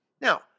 Now